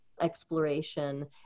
exploration